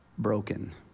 Broken